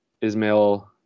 Ismail